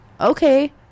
Okay